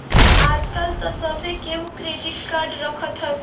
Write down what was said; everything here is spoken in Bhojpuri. आजकल तअ सभे केहू क्रेडिट कार्ड रखत हवे